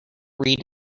read